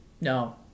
no